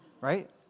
Right